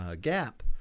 gap